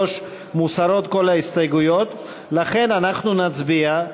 ל-73 מוסרות כל ההסתייגויות, לכן אנחנו נצביע.